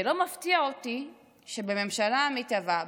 זה לא מפתיע אותי שבממשלה המתהווה,